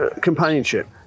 companionship